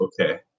okay